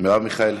מרב מיכאלי,